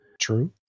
True